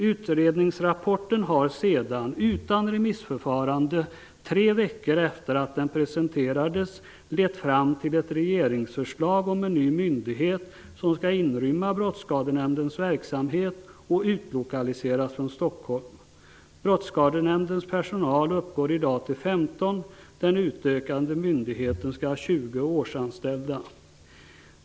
Utredningsrapporten har sedan -- utan remissförfarande - tre veckor efter det att den presenterades lett fram till ett regeringsförslag om en ny myndighet, som skall inrymma Brottsskadenämndens verksamhet och utlokaliseras från Stockholm. Brottsskadenämndens personal uppgår i dag till 15; den utökade myndigheten skall ha 20 årsanställda.